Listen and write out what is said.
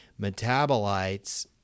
metabolites